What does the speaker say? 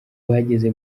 bageze